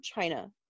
China